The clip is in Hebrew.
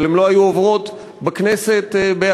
אבל הן לא היו עוברות בכנסת בהצבעה,